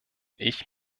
ich